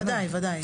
ודאי, ודאי.